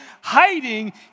hiding